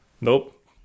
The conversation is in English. Nope